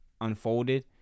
unfolded